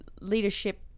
leadership